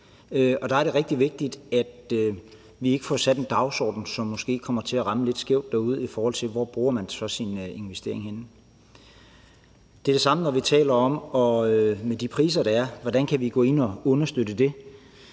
Der er det rigtig vigtigt, at vi ikke får sat en dagsorden, som måske kommer til at ramme lidt skævt derude, i forhold til hvor man så bruger sin investering henne. Det er det samme, der gælder, når vi taler om de priser, der er, altså hvordan kan vi gå ind og understøtte noget